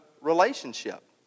relationship